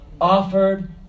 offered